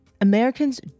Americans